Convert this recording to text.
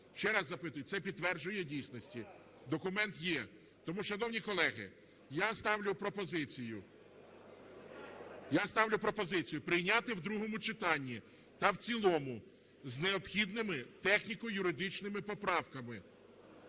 Ще раз запитую, це підтверджує дійсності? Документ є. Тому, шановні колеги, я ставлю пропозицію прийняти в другому читанні та в цілому з необхідними техніко-юридичними поправками